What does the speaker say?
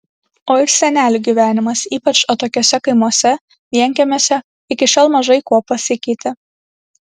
o ir senelių gyvenimas ypač atokiuose kaimuose vienkiemiuose iki šiol mažai kuo pasikeitė